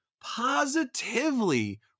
positively